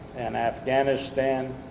and afghanistan,